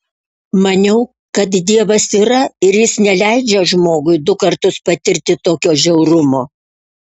maniau kad dievas yra ir jis neleidžia žmogui du kartus patirti tokio žiaurumo